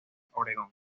oregón